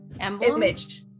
Image